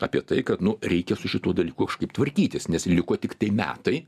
apie tai kad nu reikia su šituo dalyku kažkaip tvarkytis nes liko tiktai metai